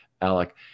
Alec